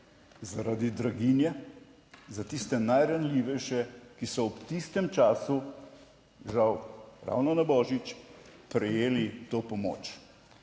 zaradi draginje za tiste najranljivejše, ki so v tistem času žal ravno na Božič prejeli to pomoč.